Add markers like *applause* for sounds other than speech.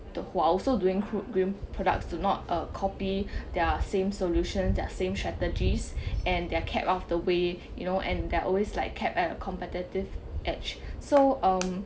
the who are also doing wh~ green products do not uh copy *breath* their same solution their same strategies and they're kept off the way you know and they're always like kept at a competitive edge so um